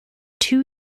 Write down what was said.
two